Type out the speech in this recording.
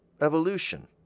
evolution